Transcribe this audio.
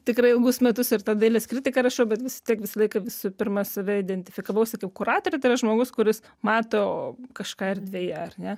tikrai ilgus metus ir tą dailės kritiką rašau bet vis tiek visą laiką visų pirma save identifikavau sakiau kuratorė tai yra žmogus kuris mato kažką erdvėje ar ne